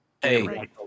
Hey